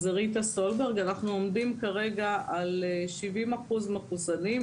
אנחנו עומדים כרגע על 70% מחוסנים,